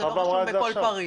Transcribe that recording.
זה לא רשום בכל פריט.